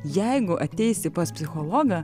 jeigu ateisi pas psichologą